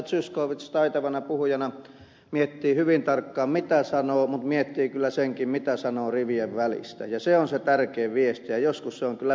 zyskowicz taitavana puhujana miettii hyvin tarkkaan mitä sanoo mutta miettii kyllä senkin mitä sanoo rivien välistä ja se on se tärkein viesti ja joskus on kyllä pelottava se viesti minkä ed